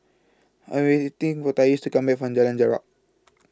I Am waiting For Tyrese to Come Back from Jalan Jarak